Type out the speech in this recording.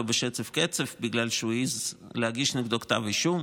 בשצף קצף בגלל שהוא העז להגיש נגדו כתב אישום,